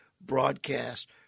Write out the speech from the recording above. broadcast